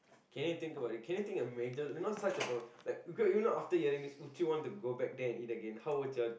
can you think about it can you think a major you know such a problem like okay you know after hearing this would you want to go back there and eat again how would your